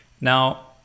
Now